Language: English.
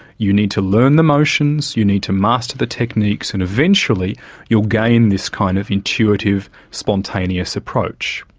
you need to learn the motions, you need to master the techniques and eventually you'll gain this kind of intuitive spontaneous approach,